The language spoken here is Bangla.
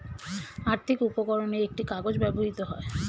আর্থিক উপকরণে একটি কাগজ ব্যবহৃত হয়